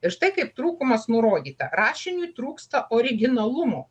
ir štai kaip trūkumas nurodyta rašiniui trūksta originalumo